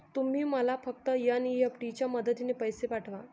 तुम्ही मला फक्त एन.ई.एफ.टी च्या मदतीने पैसे पाठवा